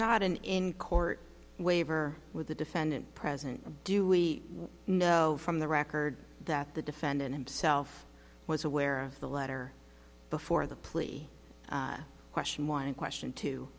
not an in court waiver with the defendant present do we know from the record that the defendant himself was aware of the letter before the plea question one question t